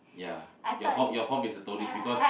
ya your home your home is a tourist because